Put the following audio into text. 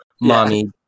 mommy